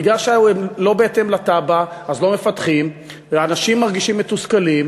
מכיוון שהם לא בהתאם לתב"ע אז לא מפתחים ואנשים מרגישים מתוסכלים,